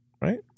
Right